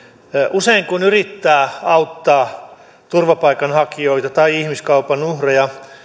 usein kun yrittää auttaa turvapaikanhakijoita tai ihmiskaupan uhreja